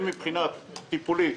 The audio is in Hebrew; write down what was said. הן מבחינה טיפולית,